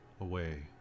away